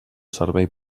servei